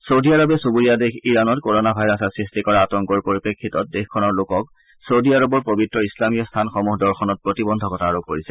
চৌদি আৰৱে চুবুৰীয়া দেশ ইৰানত ক'ৰ'না ভাইৰাছে সৃষ্টি কৰা আতংকৰ পৰিপ্ৰেক্ষিতত দেশখনৰ লোকক চৌদি আৰৱৰ পৱিত্ৰ ইছলামীয় স্থানসমূহ দৰ্শনত প্ৰতিবধ্ধকতা আৰোপ কৰিছে